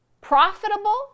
Profitable